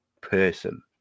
person